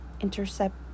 Intercept